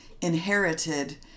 inherited